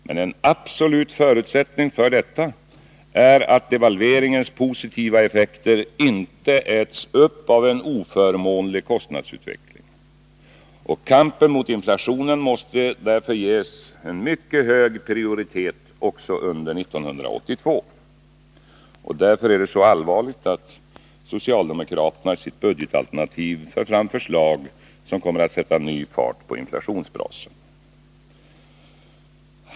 Men en absolut förutsättning för detta är att devalveringens positiva effekter inte äts upp av en oförmånlig kostnadsutveckling. Kampen mot inflationen måste därför ges en mycket hög prioritet också under 1982. Därför är det så allvarligt att socialdemokraterna i sitt budgetalternativ för fram förslag som kommer att sätta ny fart på inflationsbrasan.